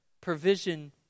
provision